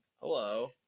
Hello